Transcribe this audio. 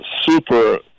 super